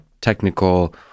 technical